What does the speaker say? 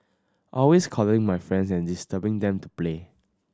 always calling my friends and disturbing them to play